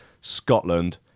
Scotland